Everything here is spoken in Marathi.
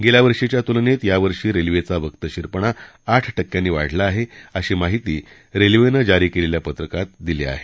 गेल्यावर्षीच्या तुलनेत यावर्षी रेल्वेचा वक्तशीरपणा आठ टक्क्यांनी वाढला आहे अशी माहिती रेल्वेनं जारी केलेल्या पत्रकात दिली आहे